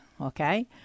okay